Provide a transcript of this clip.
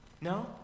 No